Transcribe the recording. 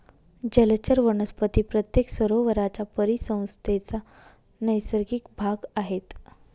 जलचर वनस्पती प्रत्येक सरोवराच्या परिसंस्थेचा नैसर्गिक भाग आहेत